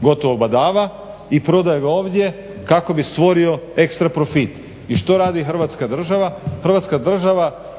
gotovo badava i prodaje ga ovdje kako bi stvorio ekstra profit. I što radi Hrvatska država? Hrvatska država